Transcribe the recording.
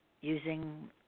using